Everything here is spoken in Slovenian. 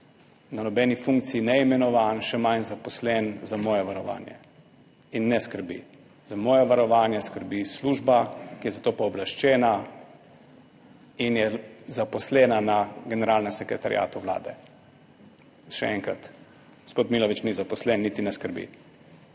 na nobeni funkciji, ni imenovan, še manj zaposlen, za moje varovanje ne skrbi. Za moje varovanje skrbi služba, ki je za to pooblaščena in je zaposlena na Generalnem sekretariatu Vlade. Še enkrat, gospod Milović ni zaposlen niti ne skrbi.